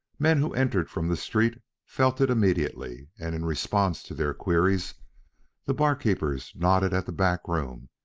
men who entered from the street felt it immediately, and in response to their queries the barkeepers nodded at the back room,